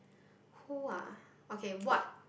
who are okay what